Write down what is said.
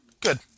Good